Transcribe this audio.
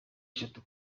eshatu